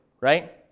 right